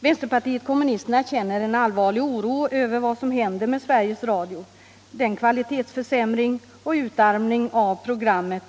| Vänsterpartiet kommunisterna känner en allvarlig oro över vad som händer med Sveriges Radio. Den kvalitetsförsämring och utarmning av programmen